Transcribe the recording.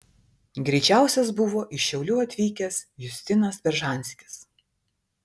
greičiausias buvo iš šiaulių atvykęs justinas beržanskis